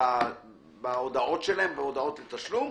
שולחים בהודעות לתשלום: